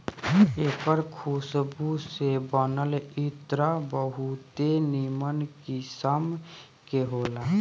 एकर खुशबू से बनल इत्र बहुते निमन किस्म के होला